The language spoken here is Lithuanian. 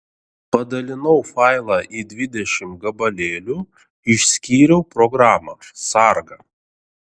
padalinau failą į dvidešimt gabalėlių išskyriau programą sargą